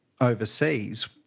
overseas